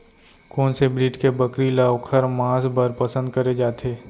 कोन से ब्रीड के बकरी ला ओखर माँस बर पसंद करे जाथे?